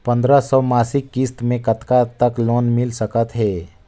पंद्रह सौ मासिक किस्त मे कतका तक लोन मिल सकत हे?